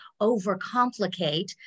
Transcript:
overcomplicate